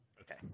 Okay